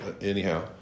anyhow